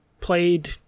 played